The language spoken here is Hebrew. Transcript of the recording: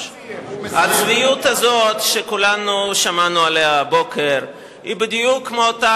הצביעות הזו שכולנו שמענו עליה הבוקר היא בדיוק אותה